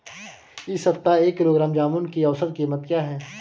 इस सप्ताह एक किलोग्राम जामुन की औसत कीमत क्या है?